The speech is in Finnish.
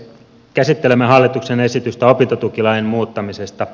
käsittelemme hallituksen esitystä opintotukilain muuttamisesta